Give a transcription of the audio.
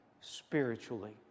spiritually